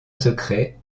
secret